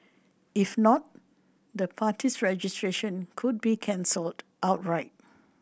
if not the party's registration could be cancelled outright